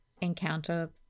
encounter